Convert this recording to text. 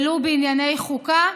ולו בענייני חוקה?